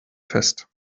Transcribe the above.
fest